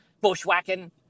bushwhacking